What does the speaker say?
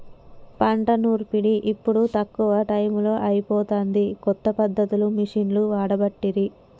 పంట నూర్పిడి ఇప్పుడు తక్కువ టైములో అయిపోతాంది, కొత్త పద్ధతులు మిషిండ్లు వాడబట్టిరి